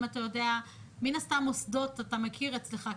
מן הסתם מוסדות אתה מכיר אצלך,